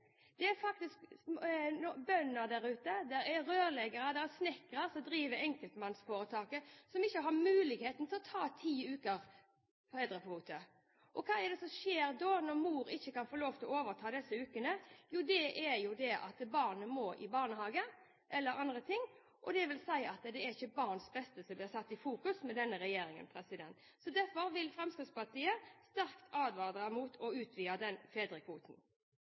Det er faktisk bønder der ute, det er rørleggere, det er snekkere som driver enkeltmannsforetak, som ikke har mulighet til å ta ut ti uker fedrekvote. Og hva er det som skjer da, når mor ikke kan få lov til å overta disse ukene? Jo, det er at barnet må i barnehage, eller annet. Det vil si at det ikke er barns beste som blir satt i fokus med denne regjeringen. Derfor vil Fremskrittspartiet sterkt advare mot å utvide fedrekvoten.